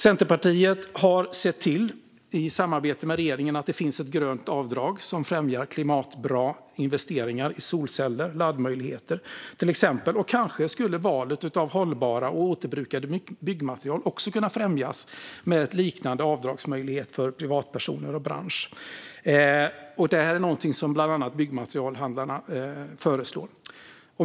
Centerpartiet har i samarbete med regeringen sett till att det finns ett grönt avdrag som främjar klimatbra investeringar i exempelvis solceller och laddmöjligheter. Kanske skulle valet av hållbara och återbrukade byggmaterial också kunna främjas med liknande avdragsmöjligheter för privatpersoner och bransch. Detta är någonting som bland annat Byggmaterialhandlarna föreslår.